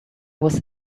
was